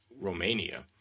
Romania